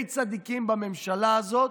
שני צדיקים, בממשלה הזאת,